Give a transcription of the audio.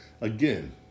Again